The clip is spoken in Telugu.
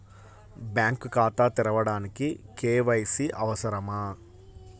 బ్యాంక్ ఖాతా తెరవడానికి కే.వై.సి అవసరమా?